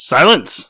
Silence